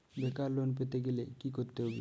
বেকার লোন পেতে গেলে কি করতে হবে?